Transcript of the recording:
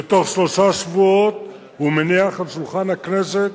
שבתוך שלושה שבועות הוא מניח על שולחן הכנסת